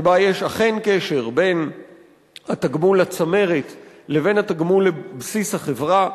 שבה יש אכן קשר בין התגמול לצמרת לבין התגמול לבסיס החברה,